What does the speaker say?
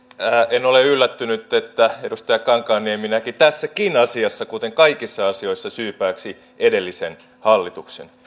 en ole yllättynyt että edustaja kankaanniemi näki tässäkin asiassa kuten kaikissa asioissa syypääksi edellisen hallituksen